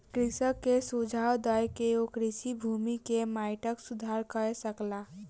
कृषक के सुझाव दय के ओ कृषि भूमि के माइटक सुधार कय सकला